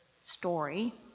story